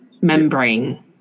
membrane